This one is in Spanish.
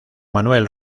manuel